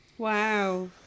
Wow